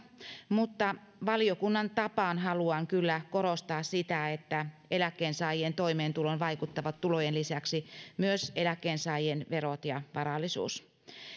mutta valiokunnan tapaan haluan kyllä korostaa sitä että eläkkeensaajien toimeentuloon vaikuttavat tulojen lisäksi myös eläkkeensaajien verot ja varallisuus